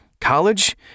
College